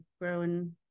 growing